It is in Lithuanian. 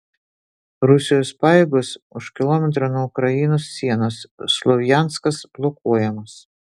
rusijos pajėgos už kilometro nuo ukrainos sienos slovjanskas blokuojamas